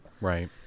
Right